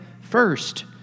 first